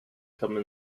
come